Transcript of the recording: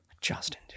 Justin